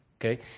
Okay